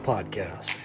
Podcast